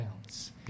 bounce